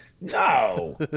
No